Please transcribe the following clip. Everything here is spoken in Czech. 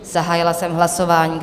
Zahájila jsem hlasování.